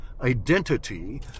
identity